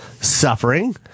suffering